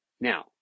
Now